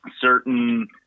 certain